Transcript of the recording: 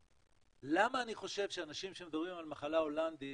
למה אני חושב שאנשים שמדברים על מחלה הולנדית